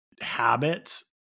habits